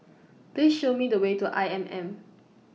Please Show Me The Way to I M M